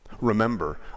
Remember